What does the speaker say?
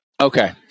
Okay